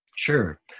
Sure